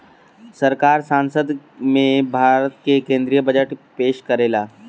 सरकार संसद में भारत के केद्रीय बजट पेस करेला